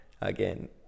again